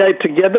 together